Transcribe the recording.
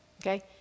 okay